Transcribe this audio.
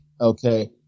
okay